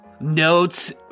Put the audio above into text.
Notes